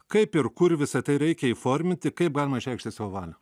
kaip ir kur visa tai reikia įforminti kaip galima išreikšti savo valią